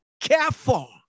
careful